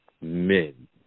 men